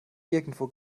irgendwo